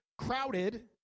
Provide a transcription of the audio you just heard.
crowded